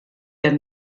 der